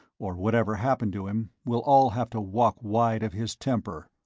or whatever happened to him, we'll all have to walk wide of his temper.